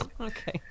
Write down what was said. Okay